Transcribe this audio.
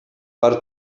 par